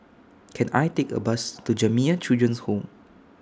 Can I Take A Bus to Jamiyah Children's Home